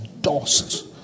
dust